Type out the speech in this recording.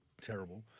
terrible